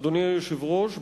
אדוני היושב-ראש,